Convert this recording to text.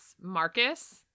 Marcus